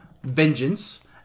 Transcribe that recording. Vengeance